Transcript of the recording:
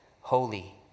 holy